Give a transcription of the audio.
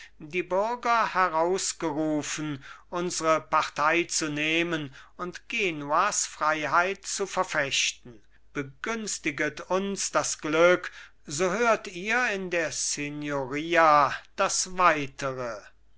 die bürger herausgerufen unsre partei zu nehmen und genuas freiheit zu verfechten begünstiget uns das glück so hört ihr in der signoria das weitere